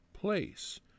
place